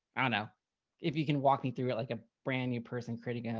i don't know if you can walk me through it, like a brand new person creating a,